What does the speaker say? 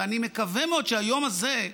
ואני מקווה מאוד שהיום הזה,